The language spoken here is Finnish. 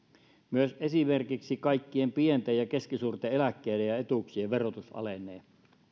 myös esimerkiksi kaikkien pienten ja keskisuurten eläkkeiden ja etuuksien verotus alenee